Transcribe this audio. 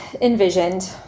envisioned